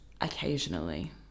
Occasionally